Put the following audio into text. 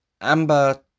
Amber